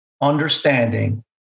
Understanding